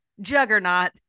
juggernaut